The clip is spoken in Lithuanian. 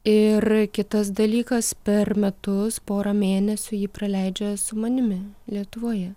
ir kitas dalykas per metus porą mėnesių ji praleidžia su manimi lietuvoje